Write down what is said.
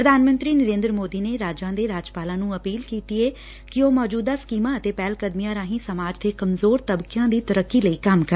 ਪ੍ਰਧਾਨ ਮੰਤਰੀ ਨਰੇਂਦਰ ਮੋਦੀ ਨੇ ਰਾਜਾਂ ਦੇ ਰਾਜਪਾਲਾਂ ਨੂੰ ਅਪੀਲ ਕੀਤੀ ਏ ਕਿ ਉਹ ਮੌਜੁਦਾ ਸਕੀਮਾਂ ਅਤੇ ਪਹਿਲਕਦਮੀਆਂ ਰਾਹੀਂ ਸਮਾਜ ਦੇ ਕਮਜ਼ੋਰ ਤਬਕਿਆਂ ਦੀ ਤਰੱਕੀ ਲਈ ਕੰਮ ਕਰਨ